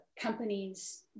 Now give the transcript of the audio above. companies